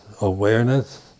awareness